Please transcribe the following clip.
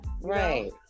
right